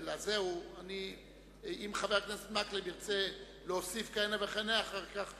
אם חבר הכנסת מקלב ירצה להוסיף כהנה וכהנה אחר כך,